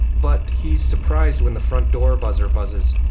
but he's surprised when the front door buzzer buzzes.